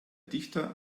dichter